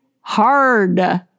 hard